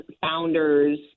founders